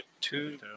two